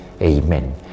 Amen